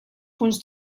punts